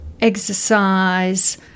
exercise